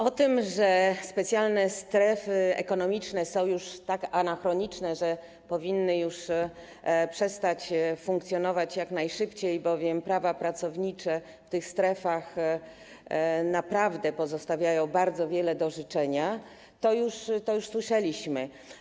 O tym, że specjalne strefy ekonomiczne są już tak anachroniczne, że powinny przestać funkcjonować jak najszybciej, bowiem kwestia praw pracowniczych w tych strefach naprawdę pozostawia bardzo wiele do życzenia, już słyszeliśmy.